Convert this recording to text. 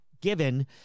given